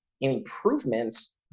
improvements